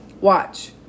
Watch